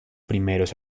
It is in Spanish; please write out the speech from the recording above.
primeros